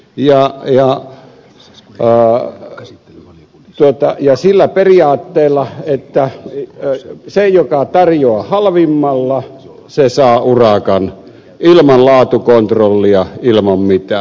ja vielä saanut lumenhoitoalueiksi ja sillä periaatteella että se joka tarjoaa halvimmalla saa urakan ilman laatukontrollia ilman mitään